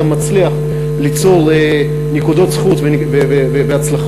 אתה גם מצליח ליצור נקודות זכות והצלחות.